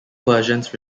versions